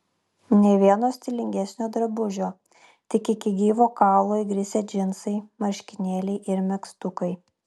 nė vieno stilingesnio drabužio tik iki gyvo kaulo įgrisę džinsai marškinėliai ir megztukai